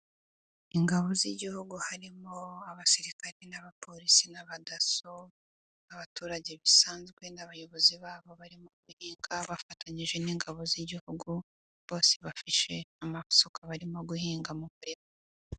Ingabo z'igihugu harimo abasirikare n'abapolisi n'abadaso n'abaturage bisanzwe n'abayobozi babo barimo bihinga bafatanyije n'ingabo z'igihugu bose bafashe amasuka barimo guhinga mu murima.